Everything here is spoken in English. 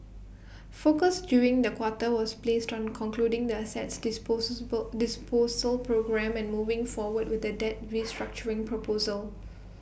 focus during the quarter was placed on concluding the assets disposal programme and moving forward with the debt restructuring proposal